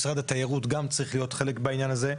משרד התיירות גם צריך להיות חלק מהעניין הזה,